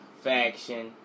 faction